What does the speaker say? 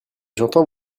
j’entends